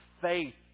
faith